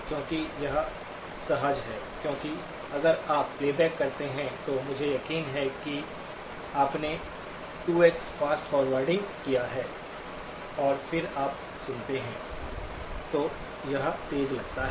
क्योंकि यह सहज है क्योंकि अगर आप प्लेबैक करते हैं तो मुझे यकीन है कि आपने 2X फास्ट फॉरवर्डिंग किया है और फिर आप सुनते हैं और यह तेज़ लगता है